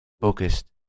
focused